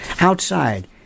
outside